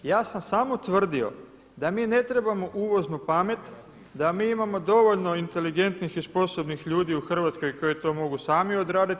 Ja sam samo tvrdio da mi ne trebamo uvoznu pamet, da mi imamo dovoljno inteligentnih i sposobnih ljudi u Hrvatskoj koji to mogu sami odraditi.